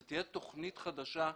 זו תהיה תכנית חדשה מפורטת.